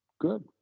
good